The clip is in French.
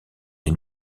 les